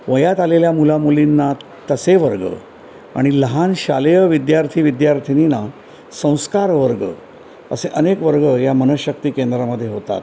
वयात आलेल्या मुलामुलींना तसे वर्ग आणि लहान शालेय विद्यार्थी विद्यार्थिनीना संस्कार वर्ग असे अनेक वर्ग या मन शक्ती केंद्रामधे होतात